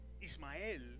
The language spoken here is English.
Ismael